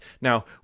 Now